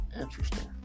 interesting